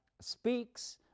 speaks